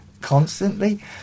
Constantly